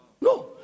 No